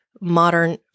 modern